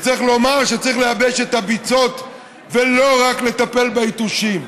צריך לומר שצריך לייבש את הביצות ולא רק לטפל ביתושים.